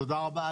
תודה רבה.